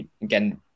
Again